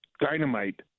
dynamite